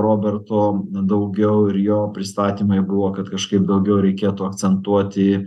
roberto daugiau ir jo pristatymai buvo kad kažkaip daugiau reikėtų akcentuoti